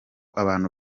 abantu